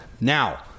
Now